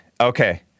okay